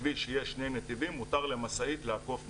בכביש שיש שני נתיבים מותר למשאית לעקוף משאית.